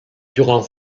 durant